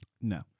No